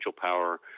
power